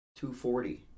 240